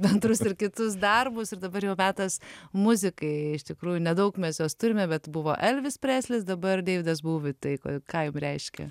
bendrus ir kitus darbus ir dabar jau metas muzikai iš tikrųjų nedaug mes jos turime bet buvo elvis preslis dabar deividas buvi tai ką jum reiškia